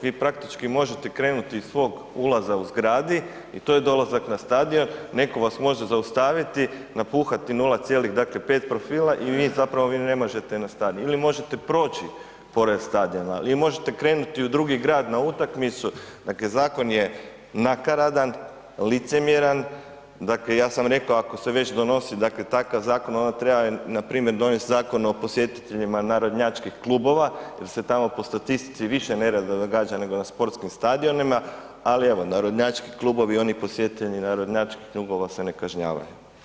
Vi praktički možete krenuti iz svog ulaza u zgradi i to je dolazak na stadion, netko vas može zaustaviti, napuhati 0,5 promila i vi zapravo vi ne možete na stadion ili možete proći pored stadiona, vi možete krenuti u drugi grad na utakmicu, dakle zakon je nakaradan, licemjeran, dakle ja sam rekao, ako se već donosi dakle takav zakon, onda treba npr. donijeti Zakon o posjetiteljima narodnjačkih klubova jer se tamo po statistici više nereda događa nego na sportskim stadionima, ali evo, narodnjački klubovi, oni posjetitelji narodnjačkih klubova se ne kažnjavaju.